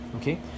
Okay